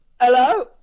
Hello